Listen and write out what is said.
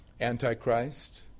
Antichrist